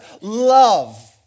love